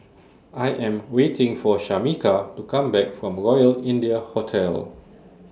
I Am waiting For Shameka to Come Back from Royal India Hotel